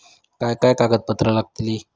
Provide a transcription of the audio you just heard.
काय काय कागदपत्रा लागतील?